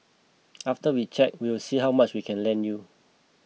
after we check we will see how much we can lend you